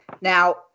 Now